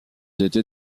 études